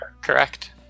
Correct